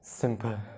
simple।